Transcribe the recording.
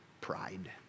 pride